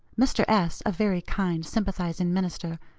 mr. s, a very kind, sympathizing minister,